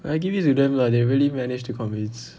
but I give it to them lah they really manage to convince